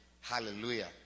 hallelujah